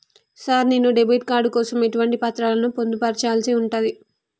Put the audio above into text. Sir నేను debit card కోసం ఎటువంటి పత్రాలను పొందుపర్చాల్సి ఉంటది?